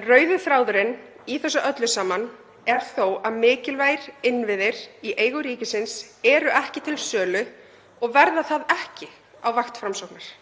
En rauði þráðurinn í þessu öllu saman er þó að mikilvægir innviðir í eigu ríkisins eru ekki til sölu og verða það ekki á vakt Framsóknar.